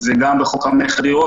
זה גם בחוק המכר (דירות).